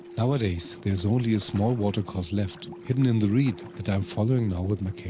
nowadays, there is only a small water course left, hidden in the reed, that i am following now with my kayak.